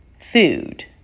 food